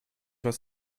was